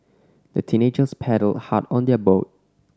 the teenagers paddled hard on their boat